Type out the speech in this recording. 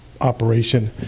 operation